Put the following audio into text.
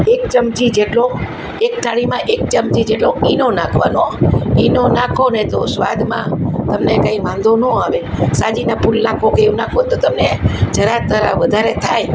એક ચમચી જેટલો એક થાળીમાં એક ચમચી જેટલો ઇનો નાખવાનો ઇનો નાખો ને તો સ્વાદમાં તમને કાંઇ વાંધો નો આવે સાજીનાં ફૂલ નાખો કે એવું નાખો તો તમને જરા તરા વધારે થાય